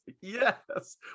Yes